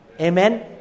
Amen